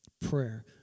Prayer